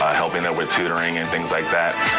helping them with tutoring and things like that.